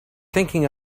thinking